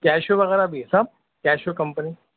Casio وغیرہ بھی ہے صاحب کیشیو کمپنی